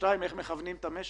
ודבר שני, איך מכוונים את המשק